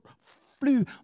flew